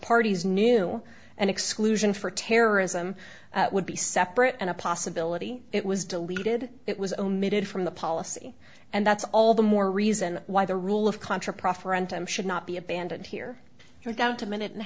parties knew and exclusion for terrorism would be separate and a possibility it was deleted it was omitted from the policy and that's all the more reason why the rule of contra proffer anthem should not be abandoned here you're down to minute and